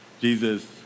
Jesus